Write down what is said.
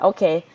Okay